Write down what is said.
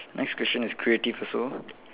next question is creative also